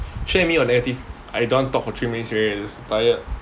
share with me your negative I don't want talk for three minutes already tired